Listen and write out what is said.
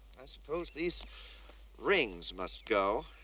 i suppose these rings must go.